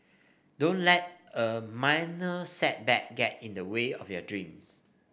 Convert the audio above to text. don't let a minor setback get in the way of your dreams